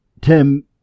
Tim